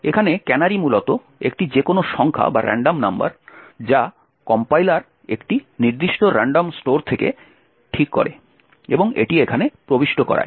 এখানে ক্যানারি মূলত একটি যেকোনও সংখ্যা যা কম্পাইলার একটি নির্দিষ্ট রান্ডম স্টোর থেকে ঠিক করে এবং এটি এখানে প্রবিষ্ট করায়